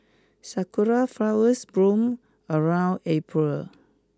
sakura flowers bloom around April